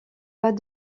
pas